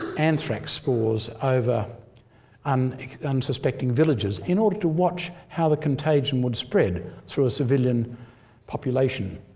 anthrax spores over and unsuspecting villagers in order to watch how the contagion would spread through a civilian population.